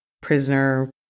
prisoner